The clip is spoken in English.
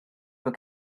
for